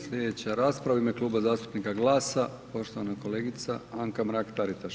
Sljedeća rasprava u ime Kluba zastupnika GLAS-a poštovana kolegica Anka Mrak-Taritaš.